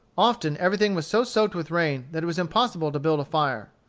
often everything was so soaked with rain that it was impossible to build a fire.